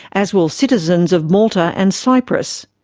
as will citizens of malta and cyprus.